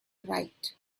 right